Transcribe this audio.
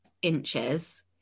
inches